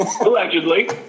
Allegedly